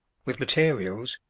with materials,